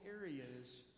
areas